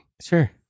Sure